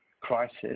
crisis